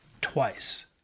twice